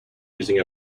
using